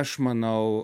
aš manau